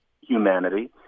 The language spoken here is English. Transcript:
humanity